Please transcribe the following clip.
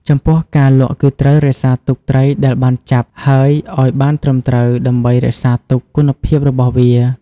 ចំពោះការលក់គឺត្រូវរក្សាទុកត្រីដែលបានចាប់ហើយឲ្យបានត្រឹមត្រូវដើម្បីរក្សាទុកគុណភាពរបស់វា។